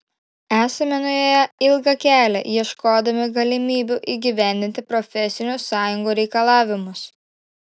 esame nuėję ilgą kelią ieškodami galimybių įgyvendinti profesinių sąjungų reikalavimus